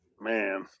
man